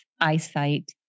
eyesight